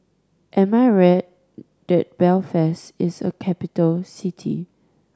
am I right that Belfast is a capital city